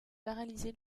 paralysé